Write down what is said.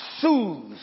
soothes